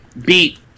beat